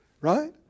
right